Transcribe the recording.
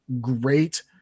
great